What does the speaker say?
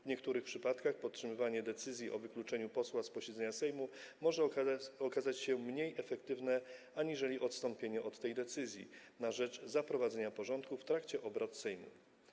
W niektórych przypadkach podtrzymywanie decyzji o wykluczeniu posła z posiedzenia Sejmu może okazać się mniej efektywne aniżeli odstąpienie od tej decyzji na rzecz zaprowadzenia porządku w trakcie obrad Sejmu.